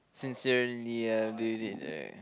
sincerely ya did it right